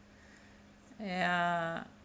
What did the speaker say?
ya